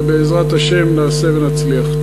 ובעזרת השם נעשה ונצליח.